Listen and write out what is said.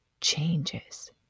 changes